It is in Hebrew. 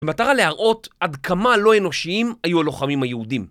במטרה להראות עד כמה לא אנושיים היו הלוחמים היהודים.